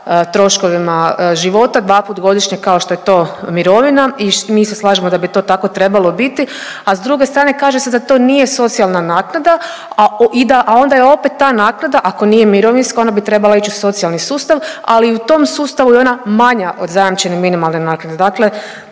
troškovima života dvaput godišnje kao što je to mirovina i mi se slažemo da bi to tako trebalo biti, a s druge strane kaže se da to nije socijalna naknada, a onda je opet ta naknada, ako nije mirovinska ona bi trebala ić u socijalni sustav, ali i u tom sustavu je ona manja od zajamčene minimalne naknade,